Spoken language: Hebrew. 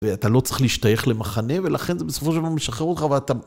אתה לא צריך להשתייך למחנה, ולכן זה בסופו של דבר משחרר אותך ואתה...